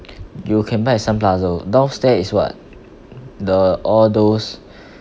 you can buy at sun plaza [what] downstair is what the all those